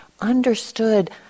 understood